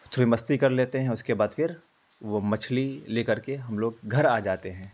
تھوڑی مستی کر لیتے ہیں اس کے بعد پھر وہ مچھلی لے کر کے ہم لوگ گھر آ جاتے ہیں